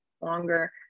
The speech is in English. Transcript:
longer